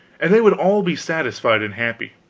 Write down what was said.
and they would all be satisfied and happy.